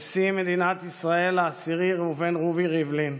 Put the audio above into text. נשיא מדינת ישראל העשירי ראובן רובי ריבלין,